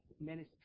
ministry